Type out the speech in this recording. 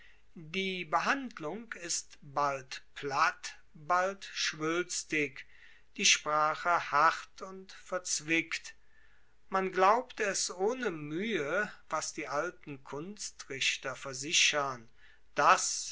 die behandlung ist bald platt bald schwuelstig die sprache hart und verzwickt man glaubt es ohne muehe was die alten kunstrichter versichern dass